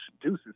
deuces